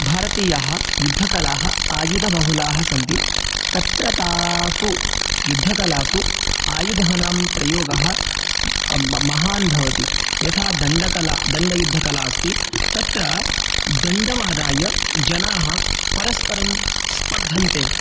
भारतीयाः युद्धकलाः आयुधबहुलाः सन्ति तत्र तासु युद्धकलासु आयुधानां प्रयोगः म महान् भवति यथा दण्डकला दण्डयुद्धकला अस्ति तत्र दण्डम् आदाय जनाः परस्परं स्पर्धन्ते